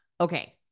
Okay